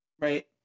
Right